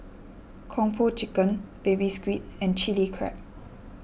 Kung Po Chicken Baby Squid and Chili Crab